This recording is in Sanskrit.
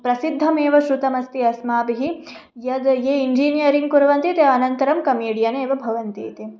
प्रसिद्धमेव श्रुतमस्ति अस्माभिः यद् ये इञ्जिनीयरिङ्ग् कुर्वन्ति ते अनन्तरं कमिडीयन् एव भवन्ति इति